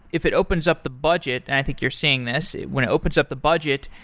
if it opens up the budget, and i think you're seeing this. when it opens up the budget,